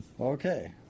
Okay